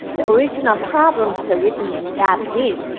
the original problems are written in japanese,